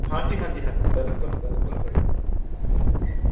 ਹਾਂਜੀ ਹਾਂਜੀ ਹਾਂਜੀ ਬਿਲਕੁਲ ਬਿਲਕੁਲ ਹੋਏਗਾ ਕਿ